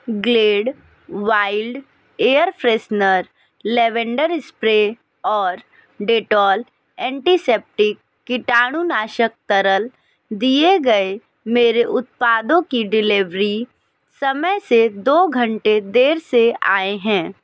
Glade wild air freshener lavender spray और Dettol antiseptic कीटाणुनाशक तरल दिए गए मेरे उत्पादों की डिलीव्री समय से दो घंटे देर से आए हैं